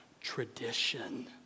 tradition